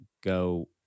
go